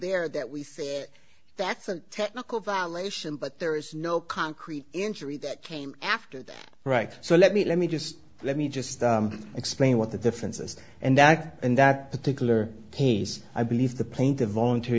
there that we saw that's a technical violation but there is no concrete injury that came after that right so let me let me just let me just explain what the differences and that and that particular case i believe the pain the volunt